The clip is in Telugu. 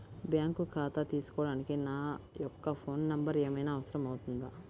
బ్యాంకు ఖాతా తీసుకోవడానికి నా యొక్క ఫోన్ నెంబర్ ఏమైనా అవసరం అవుతుందా?